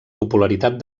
popularitat